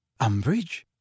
Umbridge